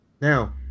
Now